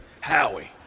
Howie